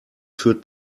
führt